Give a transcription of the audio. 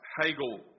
Hegel